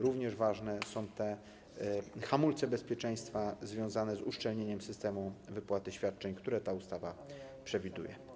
Równie ważne są hamulce bezpieczeństwa związane z uszczelnieniem systemu wypłaty świadczeń, które ta ustawa przewiduje.